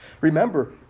Remember